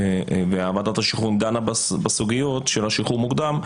וועדת השחרורים דנה בסוגיות של השחרור המוקדם,